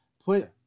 Put